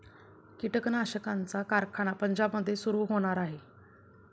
कीटकनाशकांचा कारखाना पंजाबमध्ये सुरू होणार आहे